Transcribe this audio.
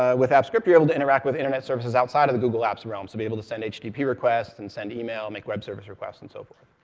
ah with apps script, you're able to interact with internet services outside of the google apps realm, so be able to send http requests, and send email, make web service requests, and so forth.